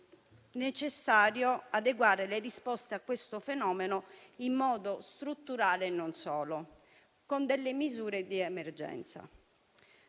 necessario adeguare le risposte a questo fenomeno in modo strutturale e non solo con delle misure di emergenza.